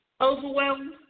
overwhelmed